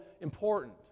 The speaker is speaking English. important